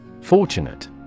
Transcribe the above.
Fortunate